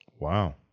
Wow